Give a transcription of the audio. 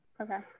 Okay